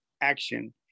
action